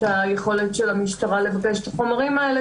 היכולת של המשטרה לבקש את החומרים האלה.